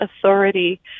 authority